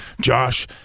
Josh